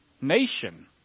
nation